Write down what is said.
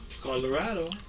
Colorado